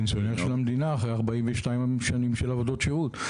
פנסיונר של המדינה אחרי 42 שנים של עבודות שירות.